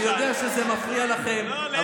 אני יודע שזה מפריע לכם,